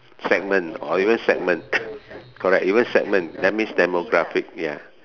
segment or even segment correct even segment that means demographic ya